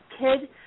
kid